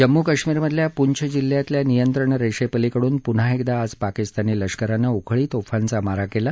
जम्मू कश्मीरमधल्या पूंछ जिल्ह्यातल्या नियंत्रण रेषे पलिकडून पुन्हा एकदा आज पाकिस्तानी लष्करानं उखळी तोफांचा मारा केला